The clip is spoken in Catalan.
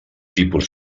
tipus